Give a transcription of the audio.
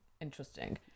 interesting